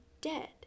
dead